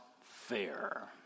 fair